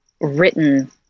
written